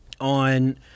on